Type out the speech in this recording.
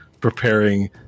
preparing